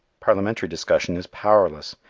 parliamentary discussion is powerless.